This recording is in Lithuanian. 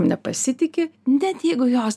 nepasitiki net jeigu jos